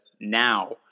now